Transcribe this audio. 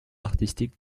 artistique